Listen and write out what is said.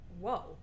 whoa